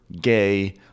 gay